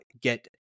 get